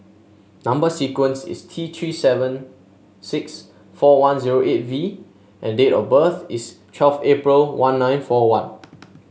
number sequence is T Three seven six four one zero eight V and date of birth is twelve April one nine four one